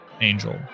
Angel